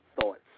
thoughts